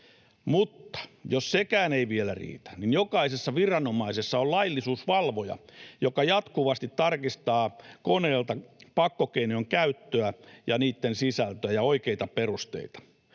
Mutta jos sekään ei vielä riitä, jokaisessa viranomaisessa on laillisuusvalvoja, joka jatkuvasti tarkistaa koneelta pakkokeinojen käyttöä ja niitten sisältöjä ja oikeita perusteita.